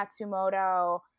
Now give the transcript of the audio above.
Matsumoto